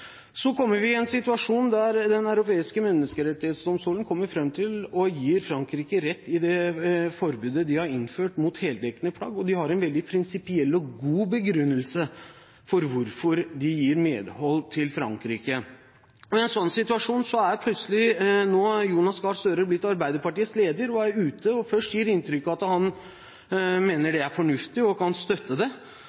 forbudet de har innført mot heldekkende plagg, og de har en veldig prinsipiell og god begrunnelse for å gi Frankrike medhold. Da er Jonas Gahr Støre blitt Arbeiderpartiets leder og er ute og gir først inntrykk av at han mener det er fornuftig, og kan støtte det.